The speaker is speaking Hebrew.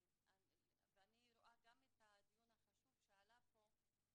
אני רואה את הדיון החשוב שעלה כאן